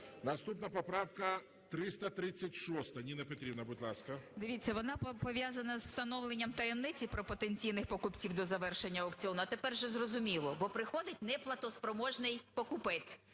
Наступна поправка 336. Ніна Петрівна, будь ласка. 14:55:14 ЮЖАНІНА Н.П. Дивіться, вона пов'язана з встановленням таємниці про потенційних покупців до завершення аукціону. А тепер уже зрозуміло, бо приходить неплатоспроможний покупець.